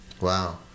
Wow